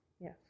Yes